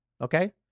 okay